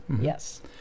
Yes